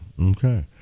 Okay